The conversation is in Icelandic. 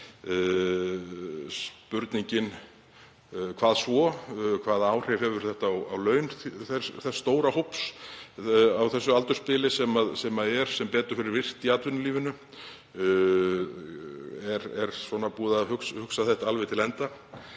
Spurningin er: Hvað svo? Hvaða áhrif hefur þetta á laun þess stóra hóps á þessu aldursbili sem er sem betur fer virkur í atvinnulífinu? Er búið að hugsa þetta alveg til enda?